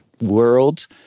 world